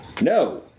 No